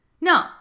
No